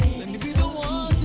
let me be the one